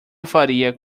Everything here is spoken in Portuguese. faria